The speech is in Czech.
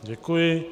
Děkuji.